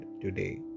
today